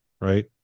right